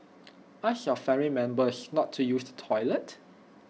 ask your family members not to use the toilet